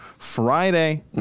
Friday